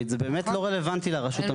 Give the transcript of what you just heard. במרכז הארץ,